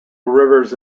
rivers